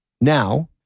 Now